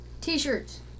T-shirts